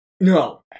no